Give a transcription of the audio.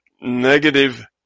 negative